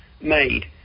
made